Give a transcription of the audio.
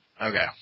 Okay